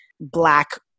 black